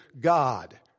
God